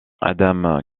adam